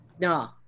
No